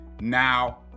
Now